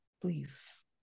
please